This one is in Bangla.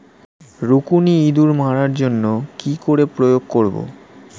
রুকুনি ইঁদুর মারার জন্য কি করে প্রয়োগ করব?